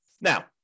Now